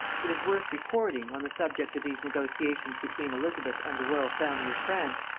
it is worth recording, on the subject of these negotiations between elizabeth and the royal family of france,